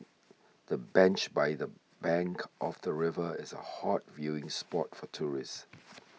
the bench by the bank of the river is a hot viewing spot for tourists